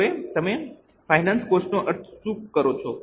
હવે તમે finance cost નો અર્થ શું કરો છો